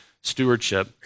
stewardship